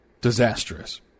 disastrous